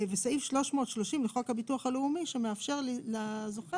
וסעיף 330 לחוק הביטוח הלאומי שמאפשר לזוכה